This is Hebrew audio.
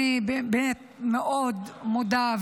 אני באמת מאוד מודה,